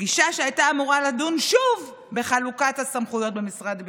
לפגישה שהייתה אמורה לדון שוב בחלוקת הסמכויות במשרד הביטחון.